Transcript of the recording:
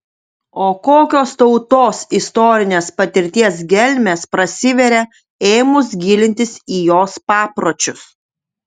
o kokios tautos istorinės patirties gelmės prasiveria ėmus gilintis į jos papročius